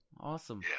Awesome